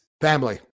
family